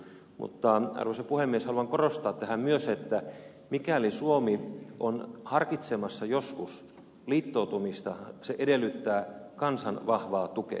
mutta arvoisa puhemies haluan korostaa tässä myös että mikäli suomi on harkitsemassa joskus liittoutumista se edellyttää kansan vahvaa tukea